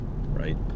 right